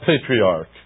patriarch